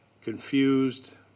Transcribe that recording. confused